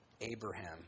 Abraham